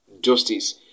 justice